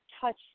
touch